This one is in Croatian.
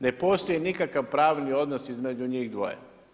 Ne postoji nikakav pravni odnos između njih dvoje.